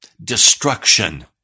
destruction